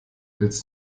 willst